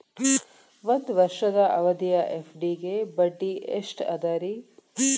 ಒಂದ್ ವರ್ಷದ ಅವಧಿಯ ಎಫ್.ಡಿ ಗೆ ಬಡ್ಡಿ ಎಷ್ಟ ಅದ ರೇ?